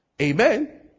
Amen